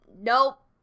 Nope